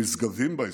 הנשגבים בהיסטוריה,